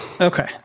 Okay